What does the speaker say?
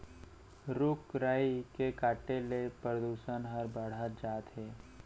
रूख राई के काटे ले परदूसन हर बाढ़त जात हे